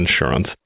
insurance